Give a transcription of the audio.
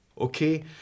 Okay